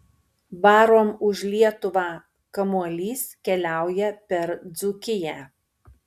varom už lietuvą kamuolys keliauja per dzūkiją